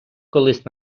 колись